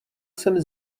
jsem